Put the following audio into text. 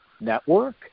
network